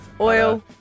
oil